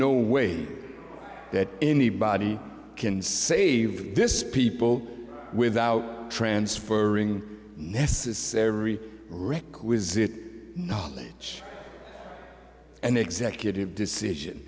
no way that anybody can save this people without transferring requisite knowledge and executive decision